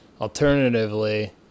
alternatively